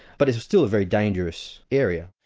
but it's still a very dangerous area.